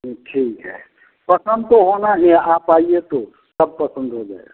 जी ठीक है पसंद तो होना ही है आप आइए तो सब पसंद हो जाएगा